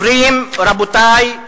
רבותי,